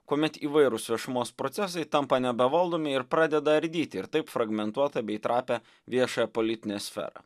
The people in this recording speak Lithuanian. kuomet įvairūs viešumos procesai tampa nebevaldomi ir pradeda ardyti ir taip fragmentuotą bei trapią viešą politinę sferą